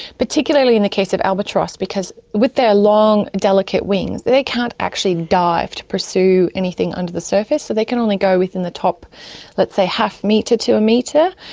particularly in the case albatross because with their long delicate wings they can't actually dive to pursue anything under the surface, so they can only go within the top let's say half-metre to a metre.